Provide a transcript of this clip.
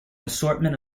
assortment